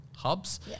hubs